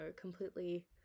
completely